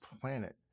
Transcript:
planet